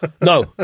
no